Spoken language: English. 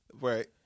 Right